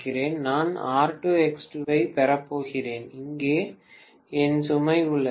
நான் R2 X2 ஐப் பெறப் போகிறேன் இங்கே என் சுமை உள்ளது